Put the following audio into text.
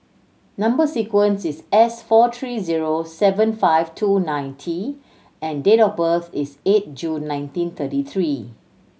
number sequence is S four three zero seven five two nine T and date of birth is eight June nineteen thirty three